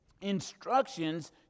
instructions